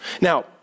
Now